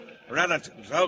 Relatives